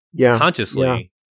consciously